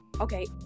okay